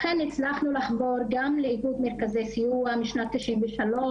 לכן הצלחנו לחבור גם לאגוד מרכזי סיוע משנת 93,